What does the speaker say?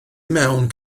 mewn